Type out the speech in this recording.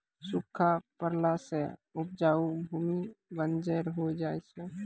सूखा पड़ला सें उपजाऊ भूमि बंजर होय जाय छै